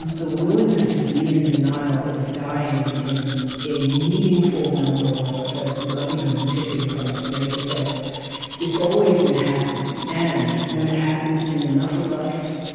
the willingness to be in denial is dying in a meaningful number of us, ah you know the tipping point. it's like it's always been happening, and when it happens in enough of us,